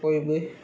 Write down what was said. बयबो